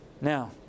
Now